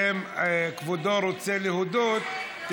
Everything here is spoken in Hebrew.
ואם כבודו רוצה להודות,